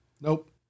Nope